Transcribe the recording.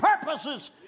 purposes